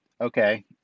okay